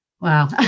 Wow